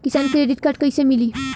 किसान credit card कइसे मिली?